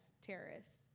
terrorists